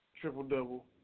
triple-double